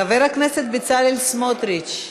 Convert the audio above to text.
חבר הכנסת בצלאל סמוטריץ,